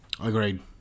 Agreed